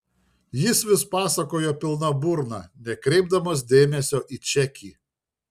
jis vis pasakojo pilna burna nekreipdamas dėmesio į čekį